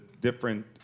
different